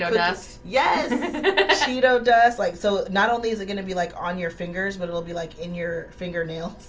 yeah yes, yes cheeto dust like so not only is it gonna be like on your fingers, but it'll be like in your fingernail.